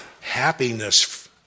happiness